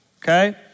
okay